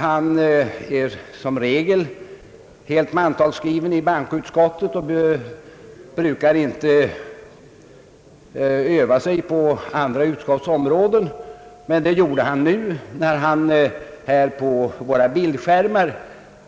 Han är som regel helt mantalsskriven i bankoutskottet och brukar inte öva sig på andra utskottsområden. Det gjorde han dock nu när han här på våra bildskärmar